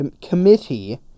committee